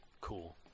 Cool